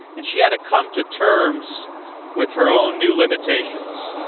and she had to come to terms with her own new limitations.